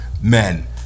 men